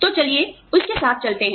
तो चलिए उसके साथ चलते हैं